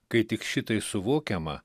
kai tik šitai suvokiama